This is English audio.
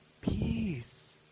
peace